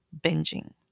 binging